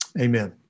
Amen